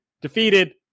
defeated